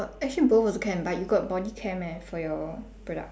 actually both also can but you got body care meh for your products